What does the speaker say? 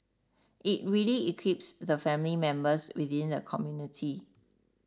it really equips the family members within the community